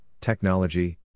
technology